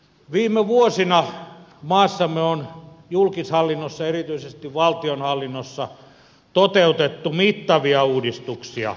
viime vuosina maassamme on julkishallinnossa erityisesti valtionhallinnossa toteutettu mittavia uudistuksia